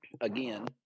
again